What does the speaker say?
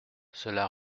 cela